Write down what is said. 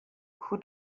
who